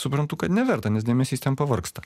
suprantu kad neverta nes dėmesys ten pavargsta